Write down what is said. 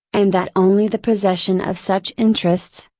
and that only the possession of such interests,